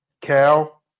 Cal